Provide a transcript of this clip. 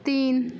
तीन